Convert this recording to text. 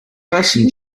person